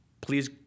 please